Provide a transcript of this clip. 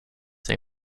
they